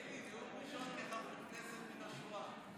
אלי, נאום ראשון כחבר כנסת מן השורה.